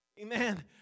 Amen